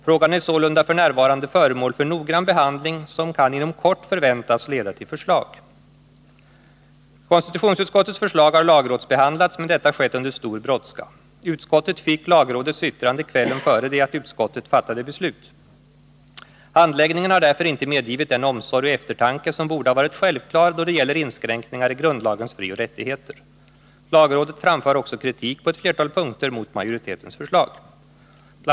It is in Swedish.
Frågan är sålunda f.n. föremål för noggrann behandling som kan inom kort förväntas leda till förslag. KU:s förslag har lagrådsbehandlats, men detta har skett under stor brådska. Utskottet fick lagrådets yttande kvällen före det att utskottet fattade beslut. Handläggningen har därför inte medgivit den omsorg och eftertanke som borde ha varit självklar då det gäller inskränkningar i grundlagens frioch rättigheter. Lagrådet framför också kritik på ett flertal punkter mot majoritetens förslag. Bl.